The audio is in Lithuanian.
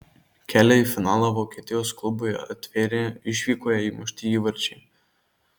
kelią į finalą vokietijos klubui atvėrė išvykoje įmušti įvarčiai